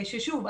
ששוב,